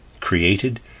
created